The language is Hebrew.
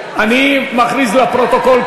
אני מכריז לפרוטוקול,